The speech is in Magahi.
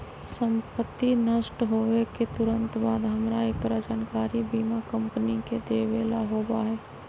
संपत्ति नष्ट होवे के तुरंत बाद हमरा एकरा जानकारी बीमा कंपनी के देवे ला होबा हई